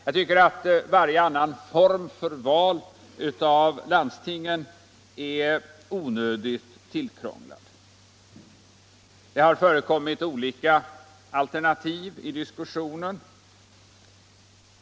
Jag tycker att varje annan form för val av landstingen är onödigt tillkrånglad. Det har förekommit olika alternativ i diskussionen.